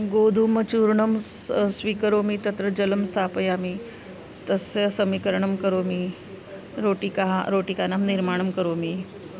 गोधूमचूर्णं स् स्वीकरोमि तत्र जलं स्थापयामि तस्य समीकरणं करोमि रोटिका रोटिकानां निर्माणं करोमि